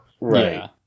Right